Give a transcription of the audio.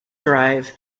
drive